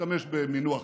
נשתמש במינוח,